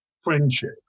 friendship